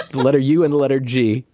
letter u and the letter g.